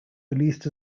released